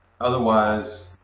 otherwise